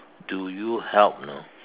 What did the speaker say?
do you help you know